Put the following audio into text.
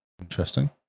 interesting